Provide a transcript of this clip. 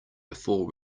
before